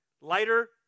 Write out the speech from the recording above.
Lighter